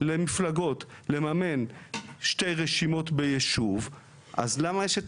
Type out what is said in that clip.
למפלגות לממן שתי רשימות ביישוב - אז למה יש את